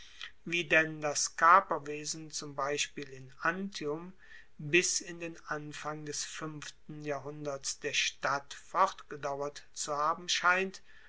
wie denn das kaperwesen zum beispiel in antium bis in den anfang des fuenften jahrhunderts der stadt fortgedauert zu haben scheint